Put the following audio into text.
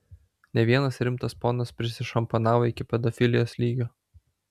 ne vienas rimtas ponas prisišampanavo iki pedofilijos lygio